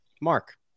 Mark